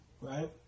right